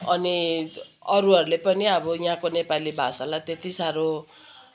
अनि अरूहरूले पनि अब यहाँको नेपाली भाषालाई त्यति साह्रो